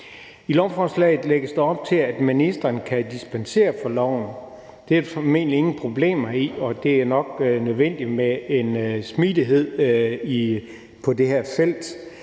I lovforslaget lægges der op til, at ministeren kan dispensere fra loven. Det er der formentlig ingen problemer i, og det er nok nødvendigt med en smidighed på det her felt.